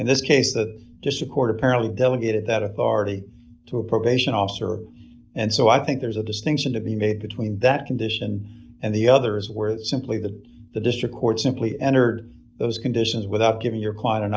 in this case that to support apparently delegated that authority to a probation officer and so i think there's a distinction to be made between that condition and the others were simply that the district court simply entered those conditions without giving your quite an